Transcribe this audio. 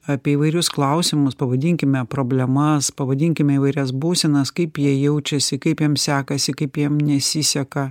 apie įvairius klausimus pavadinkime problemas pavadinkime įvairias būsenas kaip jie jaučiasi kaip jiem sekasi kaip jiem nesiseka